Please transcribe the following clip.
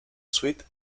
sweet